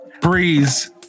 Breeze